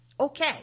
Okay